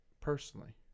personally